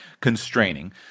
constraining